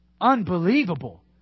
Unbelievable